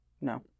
No